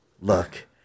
look